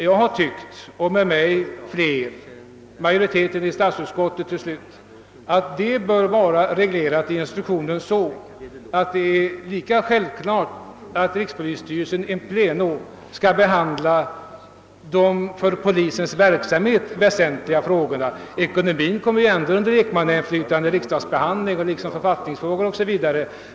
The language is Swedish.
Jag och flera med mig — majoriteten i statsutskottet till slut — har ansett att även dessa frågor bör vara reglerade i instruktionen; rikspolisstyrelsen in pleno bör också behandla de för polisens verksamhet väsentliga frågorna. Ekonomiska frågor kommer ju ändå under lekmannainflytande vid <riksdagsbehandlingen liksom författningsfrågor o.s.v.